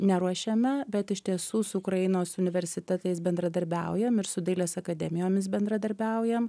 neruošiame bet iš tiesų su ukrainos universitetais bendradarbiaujam ir su dailės akademijomis bendradarbiaujam